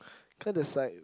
can't decide